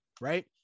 Right